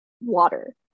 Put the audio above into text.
water